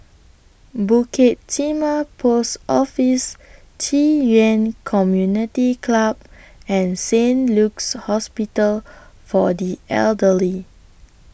Bukit Timah Post Office Ci Yuan Community Club and Saint Luke's Hospital For The Elderly